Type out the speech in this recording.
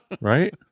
Right